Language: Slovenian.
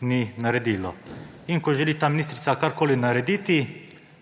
ni naredilo. In ko želi ta ministrica karkoli narediti,